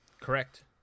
Correct